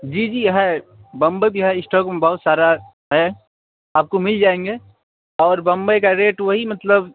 جی جی ہے بمبئی بھی ہے اسٹاک میں بہت سارا ہے آپ کو مل جائیں گے اور بمبئی کا ریٹ وہی مطلب